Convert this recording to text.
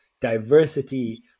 diversity